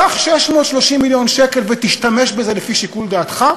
קח 630 מיליון שקל ותשתמש בזה לפי שיקול דעתך?